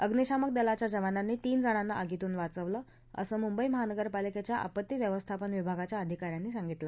अग्निशामक दलाच्या जवानांनी तीनजणांना आगीतून वाचवलं असं मुंबई महानगरपालिक्ख्या आपत्ती व्यवस्थापन विभागाच्या आधिका यानं सांगितलं